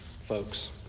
folks